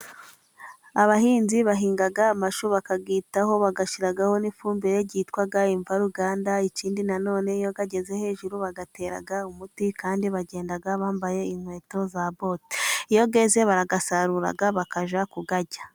Abahinzi bahinga amashu bakayitaho, bayashyiraho n'ifumbire yitwa imvaruganda, ikindi nanone iyo ageze hejuru bayatera umuti, kandi bagenda bambaye inkweto za bote, iyo yeze barayasarura bakajya kuyarya.